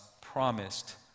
promised